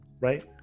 Right